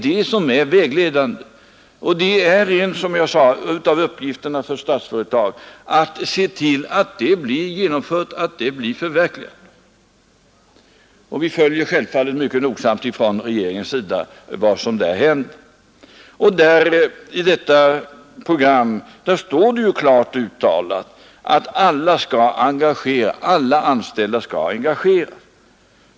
Och som jag redan sagt är en av uppgifterna för Statsföretag att se till att det programmet blir genomfört och förverkligat. Självfallet följer vi mycket noga från regeringens sida vad som där händer. Och i det programmet står det klart uttalat att alla anställda skall engageras.